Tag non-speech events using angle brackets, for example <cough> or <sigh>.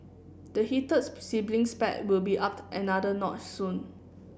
the heated <unintelligible> sibling spat will be upped another notch soon